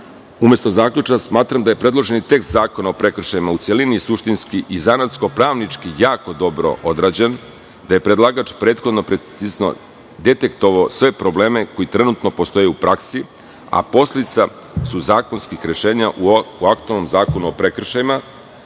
umesto zaključka, smatram da je predloženi tekst Zakona o prekršajima u celini i suštinski i zanatsko-pravnički jako dobro odrađen, da je predlagač prethodno precizno detektovao sve probleme koji trenutno postoje u praksi, a posledica su zakonskih rešenja u aktuelnom Zakonu o prekršajima,